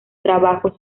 trabajos